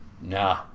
nah